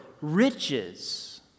riches